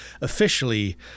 officially